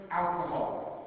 alcohol